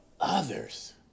others